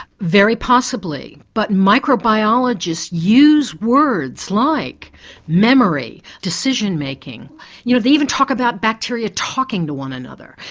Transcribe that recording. very possibly. but microbiologists use words like memory, decision making you know they even talk about bacteria talking to one another.